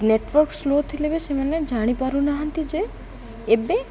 network slow ଥିଲେ ବି ସେମାନେ ଜାଣିପାରୁନାହାନ୍ତି ଯେ ଏବେ